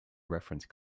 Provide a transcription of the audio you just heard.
reference